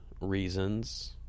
reasons